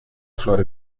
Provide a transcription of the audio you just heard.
flor